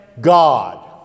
God